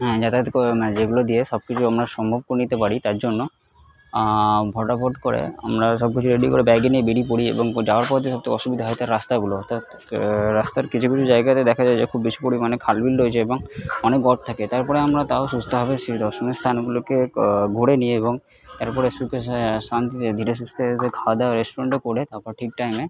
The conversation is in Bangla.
হ্যাঁ যাতায়াত করা যায় যেগুলো দিয়ে সব কিছু আমরা সম্ভব করে নিতে পারি তার জন্য ভটাভট করে আমরা সব কিছু রেডি করে বাইকে নিয়ে বেড়িয়ে পরি এবং যাওয়ার পথে সবথেকে অসুবিধা হয় তার রাস্তাগুলো রাস্তার কিছু কিছু জায়গাতে দেখা যায় খুব বেশি পরিমাণে খাল বিল রয়েছে এবং অনেক গর্ত থাকে তারপরে আমরা তাও সুস্থভাবে সেই দর্শনীয় স্থানগুলোকে ঘুরে নি এবং তারপরে সুখে শান্তিতে ধীরে সুস্থে এসে খাওয়াদাওয়া রেস্টুরেন্টে করে তারপর ঠিক টাইমে